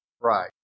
Right